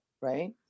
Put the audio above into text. Right